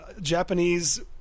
Japanese